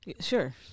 Sure